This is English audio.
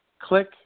click